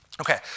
Okay